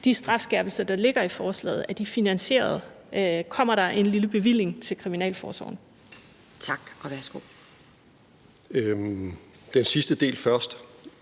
de strafskærpelser, der ligger i forslaget, finansierede? Kommer der en lille bevilling til kriminalforsorgen? Kl. 12:07 Anden næstformand